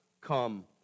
come